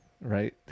Right